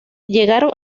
llegaron